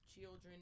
children